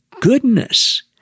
goodness